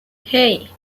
hey